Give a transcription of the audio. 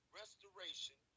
restoration